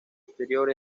exterior